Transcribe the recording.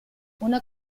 una